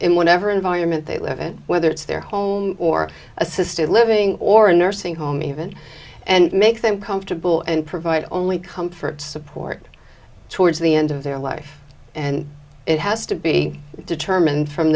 in whatever environment they live in whether it's their home or assisted living or a nursing home even and make them comfortable and provide only comfort support towards the end of their life and it has to be determined from